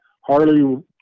Harley